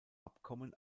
abkommen